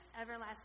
Everlasting